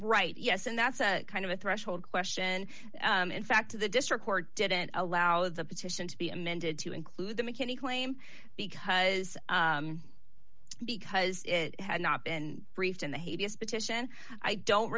right yes and that's kind of a threshold question in fact the district court didn't allow the petition to be amended to include the mckinney claim because because it had not been briefed on the hideous petition i don't